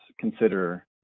consider